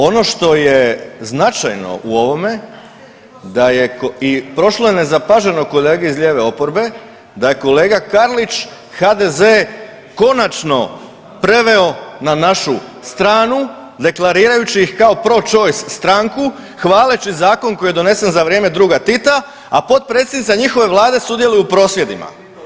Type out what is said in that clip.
Ono što je značajno u ovome da je i prošlo je nezapaženo kolega iz lijeve oporbe da je kolega Karlić, HDZ konačno preveo na našu stranu deklarirajući ih kao pro chase stranku hvaleći zakon koji je donesen za vrijeme druga Tita, a potpredsjednica njihove vlade sudjeluje u prosvjedima.